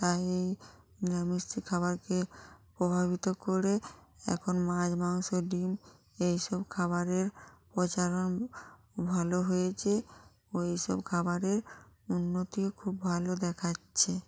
তাই এই নিরামিষ যে খাবারকে প্রভাবিত করে এখন মাছ মাংস ডিম এই সব খাবারের প্রচারণ ভালো হয়েছে ওই সব খাবারের উন্নতিও খুব ভালো দেখাচ্ছে